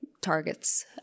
targets